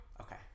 Okay